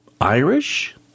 Irish